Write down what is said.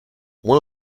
one